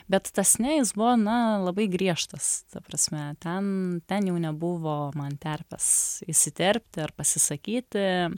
bet tas ne jis buvo na labai griežtas ta prasme ten ten jau nebuvo man terpės įsiterpti ar pasisakyti